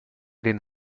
den